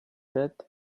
debt